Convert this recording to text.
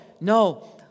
no